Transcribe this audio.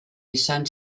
izan